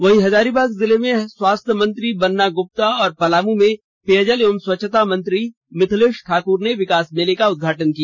वहीं हजारीबाग जिले में स्वास्थ्य मंत्री बन्ना गुप्ता और पलामू में पेयजल एवं स्वच्छता मंत्री मिथिलेश ठाकर ने विकास मेले का उदघाटन किया